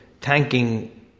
thanking